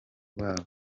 babo